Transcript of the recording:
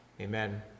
amen